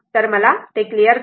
तर मला ते क्लिअर करू दे